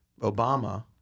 Obama –